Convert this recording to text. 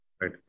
right